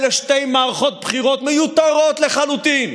לשתי מערכות בחירות מיותרות לחלוטין,